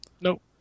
Nope